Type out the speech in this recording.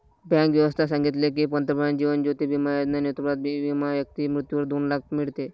bank व्यवस्था सांगितले की, पंतप्रधान जीवन ज्योती बिमा योजना नेतृत्वात विमा व्यक्ती मृत्यूवर दोन लाख मीडते